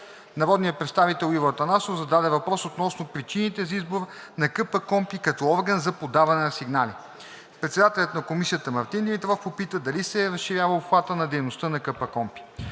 Народният представител Иво Атанасов зададе въпрос относно причините за избор на КПКОНПИ като орган за подаване на сигнали. Председателят на Комисията Мартин Димитров попита дали се разширява обхватът на дейността на КПКОНПИ.